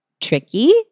tricky